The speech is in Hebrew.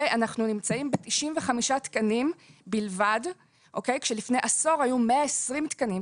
אנחנו נמצאים ב-95 תקנים בלבד כשלפני עשור היו 120 תקנים,